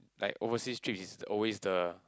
like overseas trip is always the